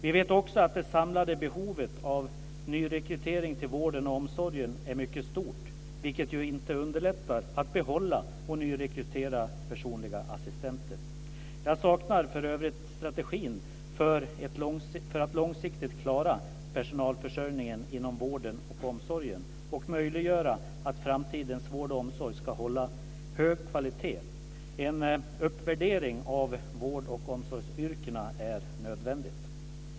Vi vet också att det samlade behovet av nyrekrytering till vården och omsorgen är mycket stort, vilket ju inte underlättar att behålla och nyrekrytera personliga assistenter. Jag saknar för övrigt strategin för att långsiktigt klara personalförsörjningen inom vården och omsorgen och möjliggöra att framtidens vård och omsorg ska hålla hög kvalitet. En uppvärdering av vård och omsorgsyrkena är nödvändig.